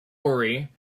worry